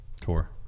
tour